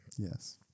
Yes